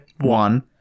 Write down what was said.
One